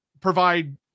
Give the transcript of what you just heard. provide